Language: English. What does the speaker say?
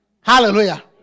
Hallelujah